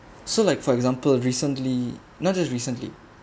so like for example recently not just recently